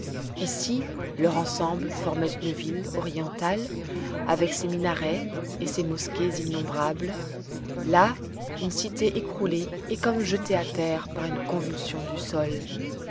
ici leur ensemble formait une ville orientale avec ses minarets et ses mosquées innombrables là une cité écroulée et comme jetée à terre par une convulsion du sol